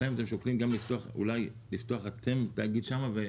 השאלה אם אולי אתם שוקלים לפתוח תיאגוד שם ולהקים